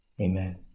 amen